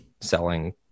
selling